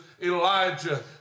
Elijah